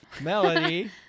Melody